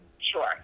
Sure